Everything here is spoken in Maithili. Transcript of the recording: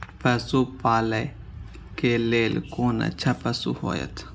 पशु पालै के लेल कोन अच्छा पशु होयत?